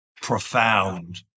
profound